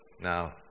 Now